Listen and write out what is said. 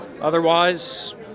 Otherwise